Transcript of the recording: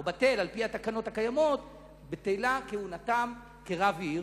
בטלה על-פי התקנות הקיימות כהונתם כרב עיר?